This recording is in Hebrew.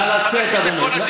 נא לצאת, אדוני.